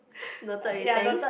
noted with thanks